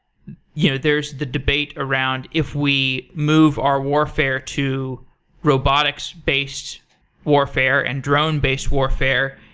you know there's the debate around if we move our warfare to robotics-based warfare and drone-based warfare,